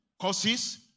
causes